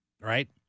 right